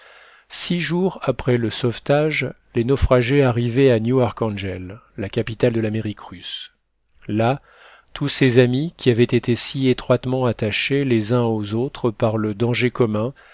six jours après le sauvetage les naufragés arrivaient à newarkhangel la capitale de l'amérique russe là tous ces amis qui avaient été si étroitement attachés les uns aux autres par le danger commun